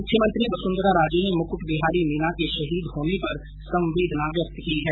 मुख्यमंत्री वसुन्धरा राजे ने मुकुट बिहारी मीना के शहीद होने पर संवेदना व्यक्त की है